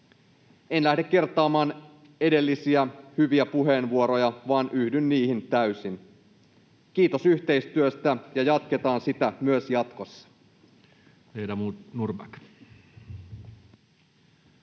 En lähde kertaamaan edellisiä hyviä puheenvuoroja vaan yhdyn niihin täysin. Kiitos yhteistyöstä, ja jatketaan sitä myös jatkossa.